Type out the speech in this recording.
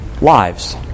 lives